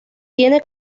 tiene